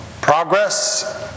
progress